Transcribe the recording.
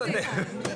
או 60 יום.